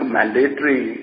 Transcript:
mandatory